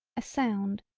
a sound,